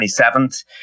27th